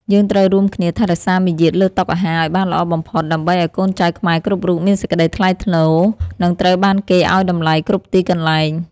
យើងត្រូវរួមគ្នាថែរក្សាមារយាទលើតុអាហារឱ្យបានល្អបំផុតដើម្បីឱ្យកូនចៅខ្មែរគ្រប់រូបមានសេចក្តីថ្លៃថ្នូរនិងត្រូវបានគេឱ្យតម្លៃគ្រប់ទីកន្លែង។